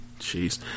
Jeez